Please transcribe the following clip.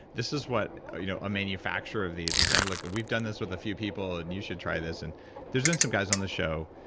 this is what you know a manufacturer of these was saying, look. we've done this with a few people and you should try this. and there's been some guys on the show,